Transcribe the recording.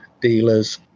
dealers